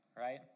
Right